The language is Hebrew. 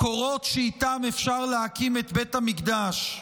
קורות שאיתן אפשר להקים את בית המקדש.